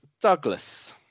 douglas